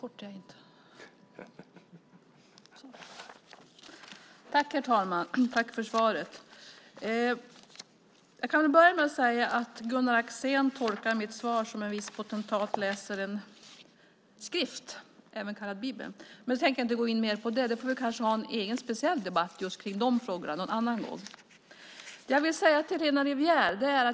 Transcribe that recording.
Herr talman! Tack för svaret. Gunnar Axén tolkar mitt svar som en viss potentat läser en skrift, även kallad Bibeln. Nu tänker jag inte gå in mer på det. Det får kanske bli en egen speciell debatt om de frågorna någon annan gång.